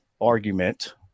argument